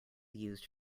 used